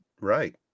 right